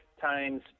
times